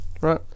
right